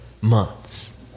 months